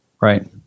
Right